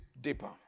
deeper